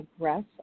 aggress